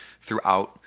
throughout